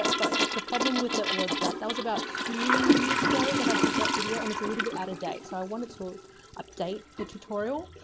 but the problem with it was that that was about two years ago that i did that video and it's a little bit out of date. so i wanted to update the tutorial.